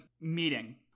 meeting